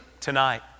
Tonight